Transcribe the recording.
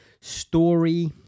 story